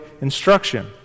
instruction